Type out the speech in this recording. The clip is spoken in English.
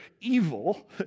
evil